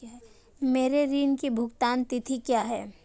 मेरे ऋण की भुगतान तिथि क्या है?